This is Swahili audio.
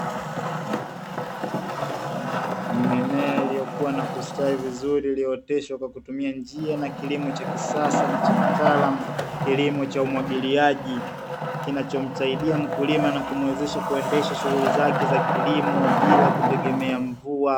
Mimea iliyokua na kustawi vizuri iliyooteshwa kwa kutumia njia na kilimo cha kisasa na cha kitaalamu kilimo cha umwagiliaji, kinachomsaidia mkulima na kumuwezesha kuendesha shughuli zake za kilimo bila kutegemea mvua.